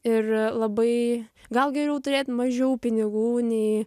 ir labai gal geriau turėt mažiau pinigų nei